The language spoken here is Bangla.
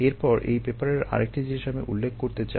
এরপর এই পেপারের আরেকটি জিনিস আমি উল্লেখ করতে চাই